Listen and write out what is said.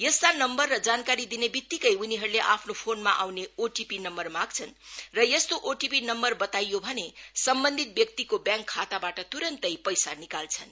यस्ता नम्बर र जानकारी दिने वित्तिकै उनीहरुले आफ्नो फोनमा आउने ओटीपी नम्बर माग्छन् र यस्तो ओटीपी नम्बर बताइयो भने सम्बन्धित व्यक्तिको व्यांक खाताबाट तुरन्तै पैसा निकाल्छन्